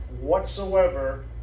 whatsoever